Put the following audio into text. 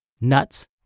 nuts